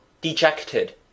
dejected